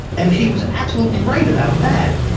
and he was absolutely right about that,